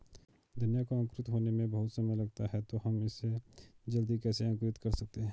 धनिया को अंकुरित होने में बहुत समय लगता है तो हम इसे जल्दी कैसे अंकुरित कर सकते हैं?